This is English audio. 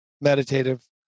meditative